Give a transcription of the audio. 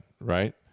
right